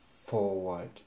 forward